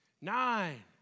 Nine